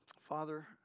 Father